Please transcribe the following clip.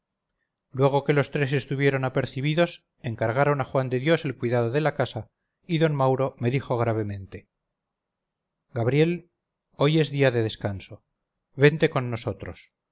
luego que los tres estuvieron apercibidos encargaron a juan de dios el cuidado de la casa y don mauro me dijo gravemente gabriel hoy es día de descanso vente con nosotros